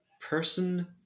person